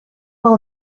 will